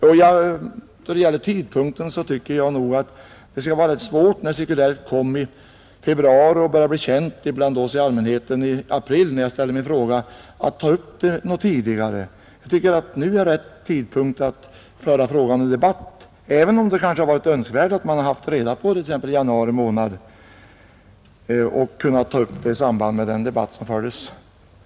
När det gäller tidpunkten för denna diskussion vill jag säga att cirkuläret kom i februari och började bli känt av allmänheten i april då jag ställde min fråga. Det har således varit svårt att ta upp saken tidigare. Jag tycker att tidpunkten nu är lämplig att ta upp frågan till debatt, även om det skulle varit önskvärt att vi hade haft reda på detta i januari månad och kunnat diskutera saken i samband med den debatt som fördes förut.